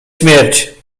śmierć